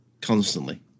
constantly